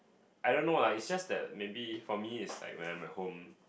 I don't know lah it's just that maybe for me is like when I'm at home